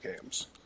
games